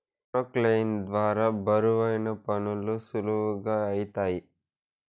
క్రొక్లేయిన్ ద్వారా బరువైన పనులు సులువుగా ఐతాయి